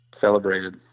celebrated